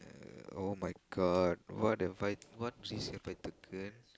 uh !oh-my-God! what have I what risk have I taken